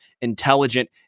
intelligent